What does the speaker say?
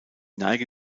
neige